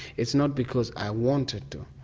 it's not because i wanted to.